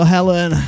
Helen